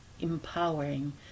empowering